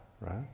right